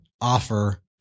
offer